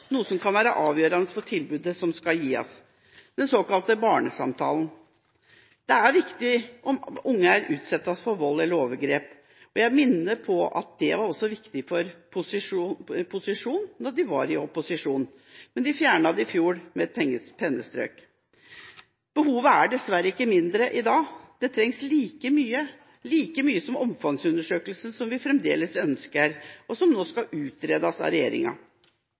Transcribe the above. noe som kan være avgjørende for tilbudet som skal gis – den såkalte barnesamtalen. Den er viktig hvis unger utsettes for vold eller overgrep. Jeg minner om at den også var viktig for posisjonen da de var i opposisjon, men de fjernet den i fjor med et pennestrøk. Behovet er dessverre ikke mindre i dag. Den trengs like mye som omfangsundersøkelsen som vi fremdeles ønsker, og som nå skal utredes av regjeringa.